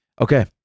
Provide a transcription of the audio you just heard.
Okay